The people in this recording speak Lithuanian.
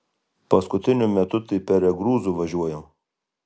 paskutiniu metu tai peregrūzu važiuojam